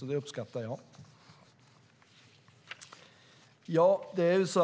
Därför uppskattar jag detta.